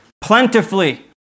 plentifully